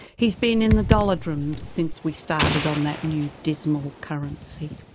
he's been in the dollardrums since we started on that new dismal currency.